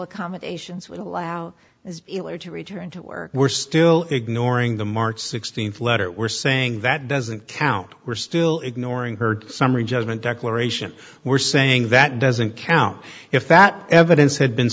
accommodations would allow as it were to return to work we're still ignoring the march sixteenth letter we're saying that doesn't count we're still ignoring her summary judgment declaration we're saying that doesn't count if that evidence had been